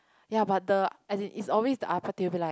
ya but the as in it's always the then you will be like